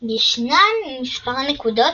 ישנן מספר נקודות,